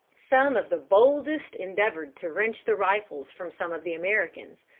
some of the boldest endeavored to wrench the rifles from some of the americans.